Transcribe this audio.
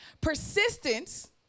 persistence